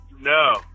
No